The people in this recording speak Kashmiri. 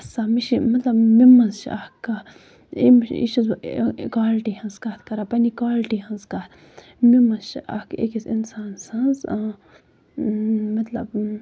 مےٚ چھُ آسان مطلب مےٚ منٛز چھُ اکھ کَتھ یہِ چھَس بہٕ کالٹی ہنٛز کَتھ کران پَنٕنہِ کالٹی ہنٛز کَتھ مےٚ منٛز چھِ اکھ اکِس اِنسان سٕنٛز اۭں مطلب